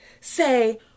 say